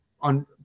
on